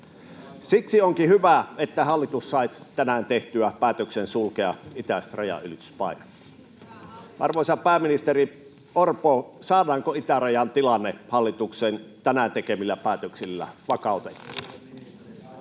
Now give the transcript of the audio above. Siksi onkin hyvä, että hallitus sai tänään tehtyä päätöksen sulkea itäiset rajanylityspaikat. Arvoisa pääministeri Orpo, saadaanko itärajan tilanne hallituksen tänään tekemillä päätöksillä vakautettua?